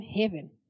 heaven